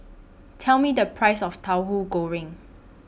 Tell Me The Price of Tauhu Goreng